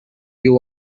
you